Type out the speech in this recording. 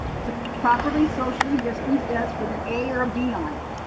it's a properly socially distance desk with an a or a b on it.